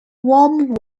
means